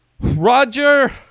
Roger